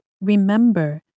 remember